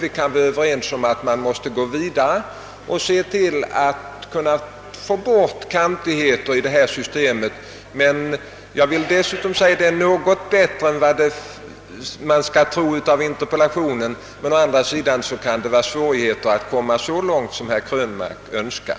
Vi kan vara överens om att man måste gå vidare och se till att få bort kantigheter i systemet. Å ena sidan är systemet något bättre än som kan förefalla av interpellationen, å andra sidan kan det vara svårt att komma så långt som herr Krönmark önskar.